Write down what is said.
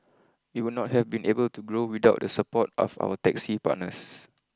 we would not have been able to grow without the support of our taxi partners